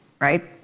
Right